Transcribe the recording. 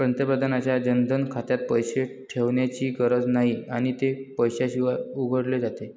पंतप्रधानांच्या जनधन खात्यात पैसे ठेवण्याची गरज नाही आणि ते पैशाशिवाय उघडले जाते